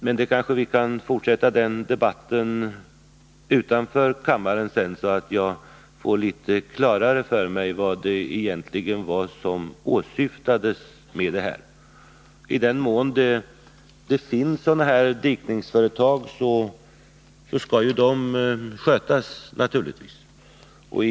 Den debatten kan vi kanske fortsätta sedan utanför kammaren, så jag får litet mera klart för mig vad som egentligen åsyftades. I den mån det finns sådana här dikningsföretag skall de naturligtvis skötas.